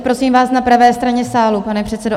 Prosím vás, na pravé straně sálu, pane předsedo.